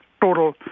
total